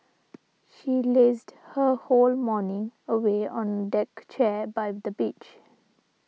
she lazed her whole morning away on a deck chair by the beach